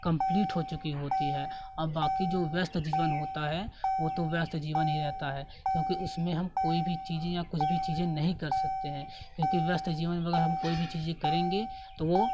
complete हो चुकी होती है और बाकी जो व्यस्त जीवन होता है वो तो व्यस्त जीवन ही रहता है क्योंकि उसमें कोई भी चीज़ें या कुछ भी चीज़ें नहीं कर सकते हैं क्योंकि व्यस्त जीवन में अगर हम कोई भी चीज करेंगे तो वो